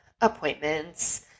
appointments